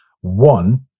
One